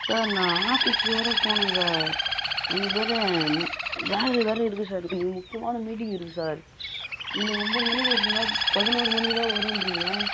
sir நான் ஆஃபீஸ்க்கு வேறு போகணும் சார் அங்கே வேறு வேலை வறு இருக்குது சார் அங்கே முக்கியமான மீட்டிங் இருக்குது சார் உங்களை ஒன்போது மணிக்கு வர சொன்னால் நீங்கள் பதினோர் மணி தான் வருவான்னு சொல்கிறிங்க